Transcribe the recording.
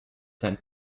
sent